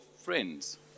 friends